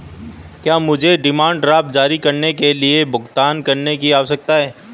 क्या मुझे demand draft जारी करने के लिए भुगतान करने की आवश्यकता है?